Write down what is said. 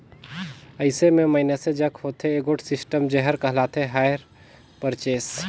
अइसे में मइनसे जग होथे एगोट सिस्टम जेहर कहलाथे हायर परचेस